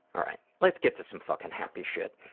alright, let's get to some fucking happy shit.